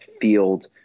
field